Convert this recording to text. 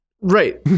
right